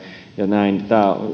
näin tämä